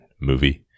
movie